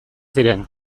ziren